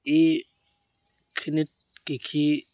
এই খিনিত কৃষি